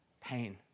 Pain